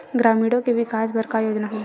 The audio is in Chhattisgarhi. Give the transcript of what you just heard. ग्रामीणों के विकास बर का योजना हवय?